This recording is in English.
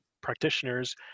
practitioners